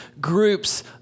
groups